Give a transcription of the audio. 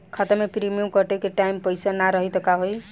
खाता मे प्रीमियम कटे के टाइम पैसा ना रही त का होई?